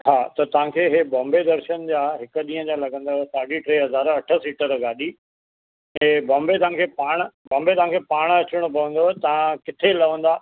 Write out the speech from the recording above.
हा त तव्हां खे इहे बोम्बे दर्शन जा हिक ॾींहं जा लॻंदव साढी टे हज़ार अठ सीटर गाॾी ऐं बाम्बे तव्हां खे पाण बाम्बे तव्हां खे पाण अचिणो पवंदव तव्हां किथे लहंदा